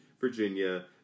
Virginia